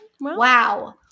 Wow